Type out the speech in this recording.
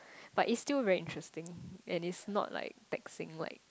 but it's still very interesting and it's not like texting like